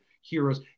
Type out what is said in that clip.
heroes